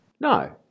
No